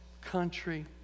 country